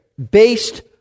based